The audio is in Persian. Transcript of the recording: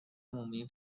عمومی